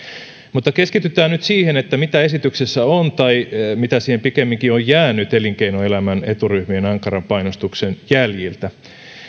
mutta keskitytään nyt siihen mitä esityksessä on tai mitä siihen pikemminkin on jäänyt elinkeinoelämän eturyhmien ankaran painostuksen jäljiltä